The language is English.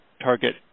target